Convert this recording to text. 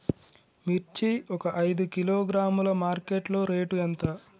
మిర్చి ఒక ఐదు కిలోగ్రాముల మార్కెట్ లో రేటు ఎంత?